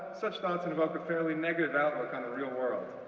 such thoughts invoke a fairly negative outlook on the real world.